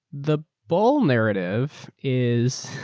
the bull narrative is